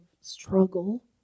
struggle